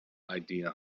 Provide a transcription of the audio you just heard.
idea